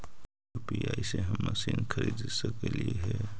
UPI से हम mobile खरिद सकलिऐ है